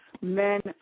men